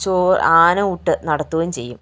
ചോറ് ആനയൂട്ട് നടത്തുകയും ചെയ്യും